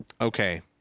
Okay